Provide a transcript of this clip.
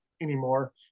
anymore